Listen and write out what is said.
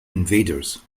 invaders